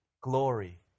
Glory